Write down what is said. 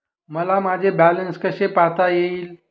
मला माझे बॅलन्स कसे पाहता येईल?